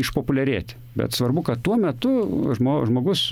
išpopuliarėti bet svarbu kad tuo metu žmo žmogus su